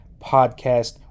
podcast